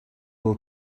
will